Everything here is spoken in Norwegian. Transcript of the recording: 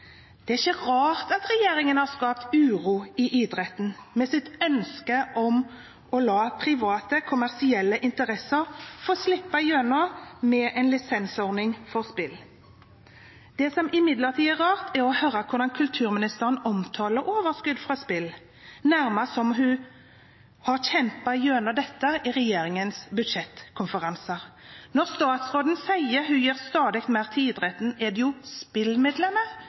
Det er ikke rart at regjeringen har skapt uro i idretten med sitt ønske om å la private, kommersielle interesser få slippe til gjennom en lisensordning for spill. Det som imidlertid er rart, er å høre hvordan kulturministeren omtaler overskudd fra spill nærmest som noe hun har kjempet igjennom i regjeringens budsjettkonferanser. Når statsråden sier hun gir stadig mer til idretten, er det